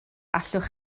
allwch